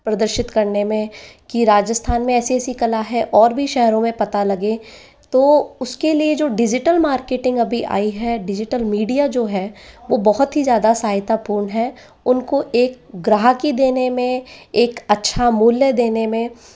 प्रदर्शित करने में कि राजस्थान में ऐसी ऐसी कला है और भी शहरों में पता लगे तो उसके लिए जो डिजिटल मार्केटिंग अभी आई है डिजिटल मीडिया जो है वो बहुत ही ज्यादा सहायतापूर्ण है उनको एक ग्राहकी देने में एक अच्छा मूल्य देने में